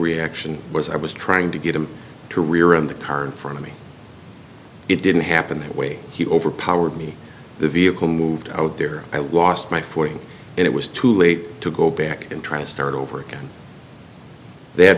reaction was i was trying to get him to rear in the car in front of me it didn't happen that way he overpowered me the vehicle moved out there i lost my footing and it was too late to go back and try to start over again the